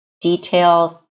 detail